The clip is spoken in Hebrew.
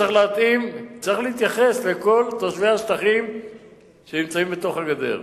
צריך להתייחס לכל תושבי השטחים שנמצאים בתוך הגדר.